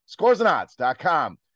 Scoresandodds.com